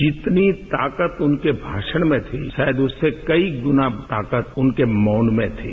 जितनी ताकत उनके भाषण में थी शायद उससे कई गुना ताकत उनके मौन में थी